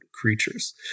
creatures